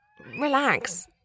relax